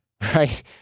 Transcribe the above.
right